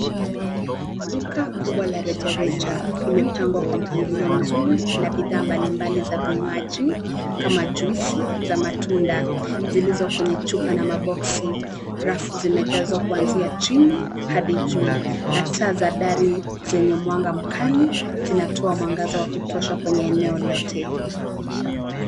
Duka kubwa la rejareja, limepangwa kwa mpangilio mzuri na bidhaa mbalimbali za vinywaji kama juisi za matunda zilizo kwenye chupa na maboksi. Rafu zimejazwa kuanzia chini hadi juu na taa za dari zenye mwanga mkali zinatoa mwangaza wa kutosha kwenye eneo lote.